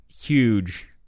huge